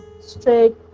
straight